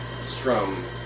strum